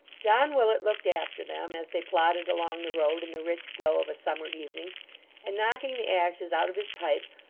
john willet looked after them, as they plodded along the road in the rich glow of a summer evening and knocking the ashes out of his pipe,